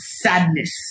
sadness